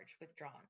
withdrawn